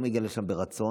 הוא לא מגיע לשם מרצון,